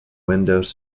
windows